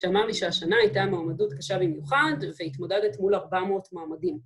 ‫שמע מי שהשנה הייתה מעומדות קשה במיוחד ‫והתמודדת מול 400 מעומדים.